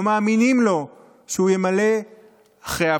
לא מאמינים לו שהוא ימלא אחרי ההבטחות.